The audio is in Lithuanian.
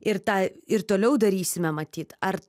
ir tą ir toliau darysime matyt ar